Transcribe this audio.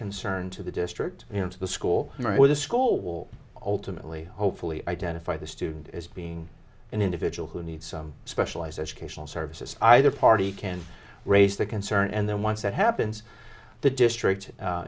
concern to the district into the school or the school will ultimately hopefully identify the student as being an individual who needs some specialized educational services either party can raise the concern and then once that happens the district